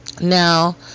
now